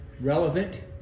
relevant